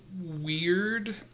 weird